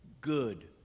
good